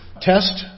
test